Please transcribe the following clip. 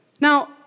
Now